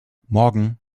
morgen